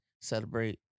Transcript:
celebrate